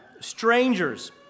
Strangers